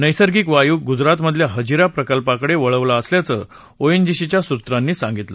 नैसर्गिक वायू गुजरातमधल्या हजीरा प्रकाल्पाकडे वळवला असल्याचं ओएनजीसीच्या सुत्रांनी सांगितलं